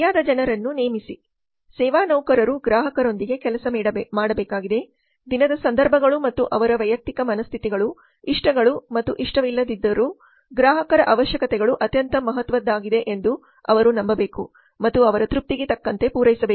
ಸರಿಯಾದ ಜನರನ್ನು ನೇಮಿಸಿ ಸೇವಾ ನೌಕರರು ಗ್ರಾಹಕರೊಂದಿಗೆ ಕೆಲಸ ಮಾಡಬೇಕಾಗಿದೆ ದಿನದ ಸಂದರ್ಭಗಳು ಮತ್ತು ಅವರ ವೈಯಕ್ತಿಕ ಮನಸ್ಥಿತಿಗಳು ಇಷ್ಟಗಳು ಮತ್ತು ಇಷ್ಟವಿಲ್ಲದಿದ್ದರೂ ಗ್ರಾಹಕರ ಅವಶ್ಯಕತೆಗಳು ಅತ್ಯಂತ ಮಹತ್ವದ್ದಾಗಿದೆ ಎಂದು ಅವರು ನಂಬಬೇಕು ಮತ್ತು ಅವರ ತೃಪ್ತಿಗೆ ತಕ್ಕಂತೆ ಪೂರೈಸಬೇಕು